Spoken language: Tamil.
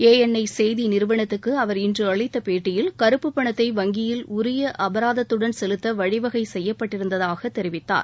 ஏஎன்ஐ செய்தி நிறுவனத்துக்கு அவர் இன்று அளித்தப் பேட்டியில் கருப்புப் பணத்தை வங்கியில் உரிய அபராதத்துடன் செலுத்த வழிவகை செய்யப்பட்டிருந்ததாகத் தெரிவித்தார்